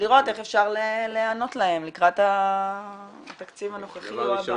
ולראות איך אפשר להיענות להן לקראת התקציב הנוכחי או הבא.